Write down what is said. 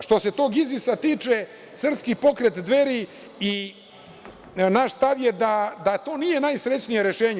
Što se tog IZIS-a tiče, Srpski pokret Dveri, naš stav je da to nije najsrećnije rešenje.